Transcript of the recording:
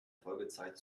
folgezeit